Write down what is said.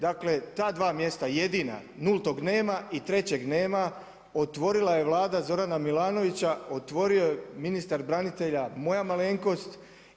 Dakle, ta dva mjesta jedina, nultog nema i trećeg nema otvorila je Vlada Zorana Milanovića, otvorio je ministar branitelja, moja malenkost.